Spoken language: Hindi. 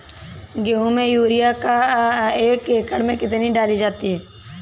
गेहूँ में यूरिया एक एकड़ में कितनी डाली जाती है?